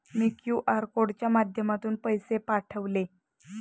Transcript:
मी QR कोडच्या माध्यमातून पैसे पाठवले